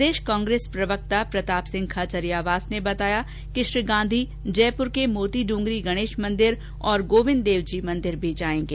प्रदेष कांग्रेस प्रवक्ता प्रताप सिंह खाचरियावास ने बताया कि श्री गांधी जयपुर के मोतीड्ंगरी गणेष मंदिर और गोविन्द देवजी मंदिर भी जायेंगे